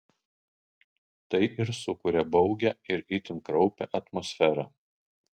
tai ir sukuria baugią ir itin kraupią atmosferą